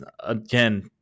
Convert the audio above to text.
again